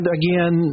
again